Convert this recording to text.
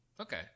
okay